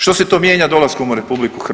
Što se to mijenja dolaskom u RH?